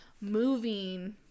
moving